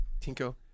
Tinko